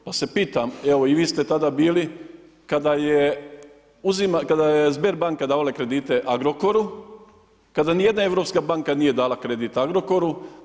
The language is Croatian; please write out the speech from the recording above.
Pa se pitam, evo i vi ste tada bili kada je SBER banka davala kredite Agrokoru, kada ni jedna europska banka nije dala kredit Agrokoru.